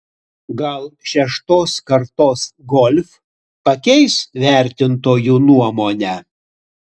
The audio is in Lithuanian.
gal šeštos kartos golf pakeis vertintojų nuomonę